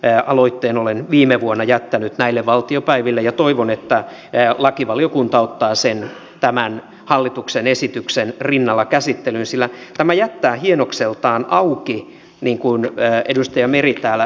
tämän aloitteen olen viime vuonna jättänyt näille valtiopäiville ja toivon että lakivaliokunta ottaa sen tämän hallituksen esityksen rinnalla käsittelyyn sillä tämä jättää asian hienokseltaan auki niin kuin edustaja meri täällä esille toi